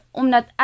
omdat